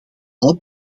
alle